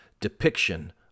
depiction